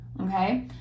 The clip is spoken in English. okay